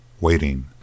waiting